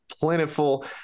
plentiful